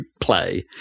play